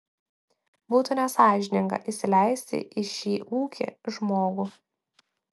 būtų nesąžininga įsileisti į šį ūkį žmogų